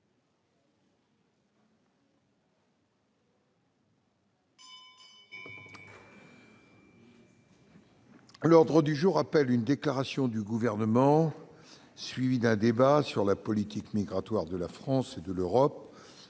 L'ordre du jour appelle une déclaration du Gouvernement, suivie d'un débat, sur la politique migratoire de la France et de l'Europe,